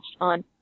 on